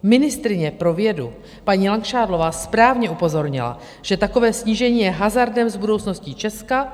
Ministryně pro vědu paní Langšádlová správně upozornila, že takové snížení je hazardem s budoucností Česka.